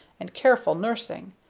and careful nursing.